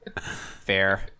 Fair